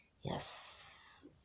Yes